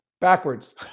Backwards